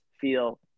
feel